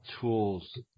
tools